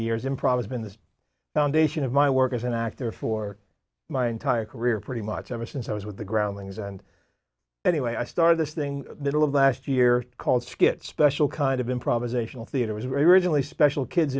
of my work as an actor for my entire career pretty much ever since i was with the groundlings and anyway i started this thing middle of last year called skit special kind of improvisational theater was originally special kids